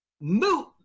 Moot